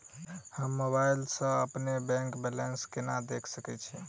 हम मोबाइल सा अपने बैंक बैलेंस केना देख सकैत छी?